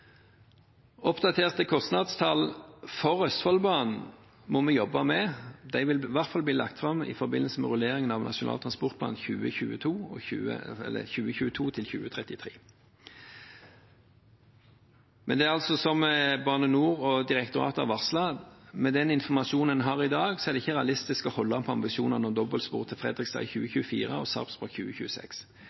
Oppdaterte kostnadstall for Østfoldbanen må vi jobbe med. De vil i hvert fall bli lagt fram i forbindelse med rulleringen av Nasjonal transportplan for 2022–2033. Men det er altså som Bane NOR og direktoratet har varslet: Med den informasjonen en har i dag, er det ikke realistisk å holde på ambisjonene om dobbeltspor til Fredrikstad i 2024 og Sarpsborg i 2026,